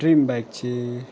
dream bike चाहिँ